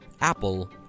apple